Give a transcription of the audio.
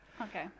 Okay